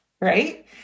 right